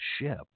ship